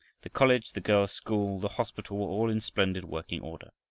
the college, the girls' school, the hospital, were all in splendid working order.